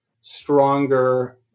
stronger